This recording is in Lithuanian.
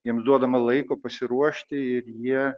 jiems duodama laiko pasiruošti ir jie